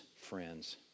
friends